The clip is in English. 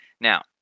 now